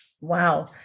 Wow